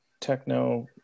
techno